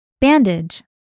Bandage